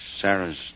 Sarah's